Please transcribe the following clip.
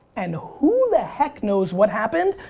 and who the heck knows what happened?